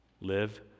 live